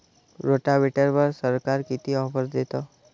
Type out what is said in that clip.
रोटावेटरवर सरकार किती ऑफर देतं?